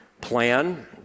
plan